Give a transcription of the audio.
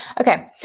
Okay